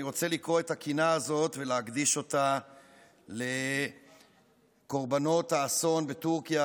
אני רוצה לקרוא את הקינה הזאת ולהקדיש אותה לקורבנות האסון בטורקיה,